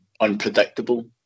unpredictable